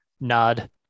nod